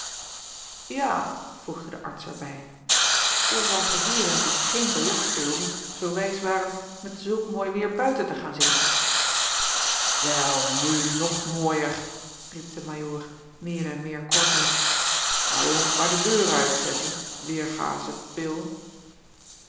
a voegde de arts er bij of als de eeren die geen biljart speelden zoo wijs waren met zulk mooi weêr buiten te gaan zitten el nu nog mooier riep de ajoor meer en meer korselig wouje ons maar de deur uitzetten weêrgasche il